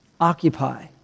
Occupy